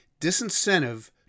disincentive